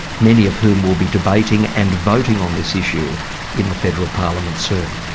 many of whom will be debating and voting on this issue in the federal parliament soon?